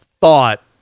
thought